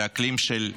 לאקלים של קריסה.